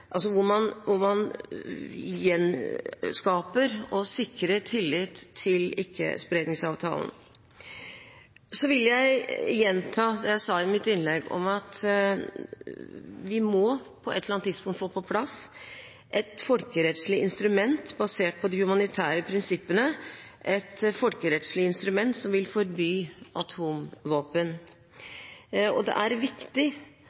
altså hvor man gjenskaper og sikrer tillit til Ikkespredningsavtalen. Så vil jeg gjenta det jeg sa i mitt innlegg om at vi på et eller annet tidspunkt må få på plass et folkerettslig instrument basert på de humanitære prinsippene, et folkerettslig instrument som vil forby atomvåpen. Det er viktig